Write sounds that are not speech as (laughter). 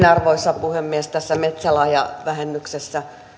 (unintelligible) arvoisa puhemies tässä metsälahjavähennyksessä